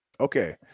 Okay